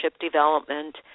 development